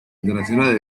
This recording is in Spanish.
internacionales